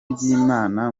ry’imana